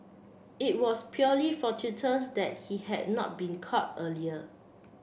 it was purely fortuitous that he had not been caught earlier